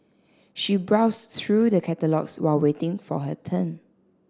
she browsed through the catalogues while waiting for her turn